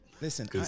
listen